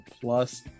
plus